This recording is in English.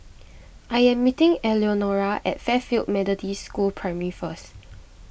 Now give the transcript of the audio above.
I am meeting Eleonora at Fairfield Methodist School Primary first